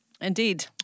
Indeed